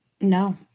No